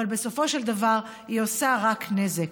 אבל בסופו של דבר היא עושה רק נזק.